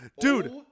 dude